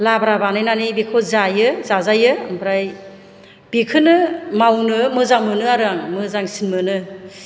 लाब्रा बानायनानै बेखौ जायो जाजायो ओमफ्राय बेखोनो मावनो मोजां मोनो आरो आं मोजांसिन मोनो